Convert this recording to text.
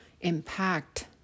impact